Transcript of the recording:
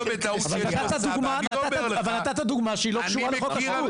אבל נתת דוגמה שהיא לא קשורה לחוק השבות.